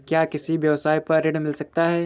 क्या किसी व्यवसाय पर ऋण मिल सकता है?